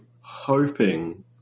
hoping